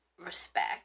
respect